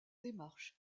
démarche